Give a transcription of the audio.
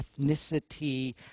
ethnicity